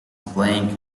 playing